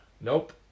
Nope